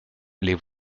les